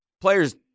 Players